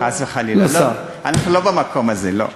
חס וחלילה, אנחנו לא במקום הזה, לא.